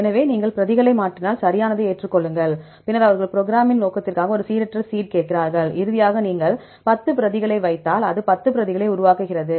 எனவே நீங்கள் பிரதிகளை மாற்றினால் சரியானதை ஏற்றுக்கொள்ளுங்கள் பின்னர் அவர்கள் ப்ரோக்ராமிங் நோக்கத்திற்காக ஒரு சீரற்ற சீ ட் கேட்கிறார்கள் இறுதியாக நீங்கள் 10 பிரதிகளை வைத்தால் அது 10 பிரதிகளை உருவாக்குகிறது